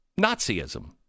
Nazism